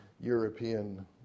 European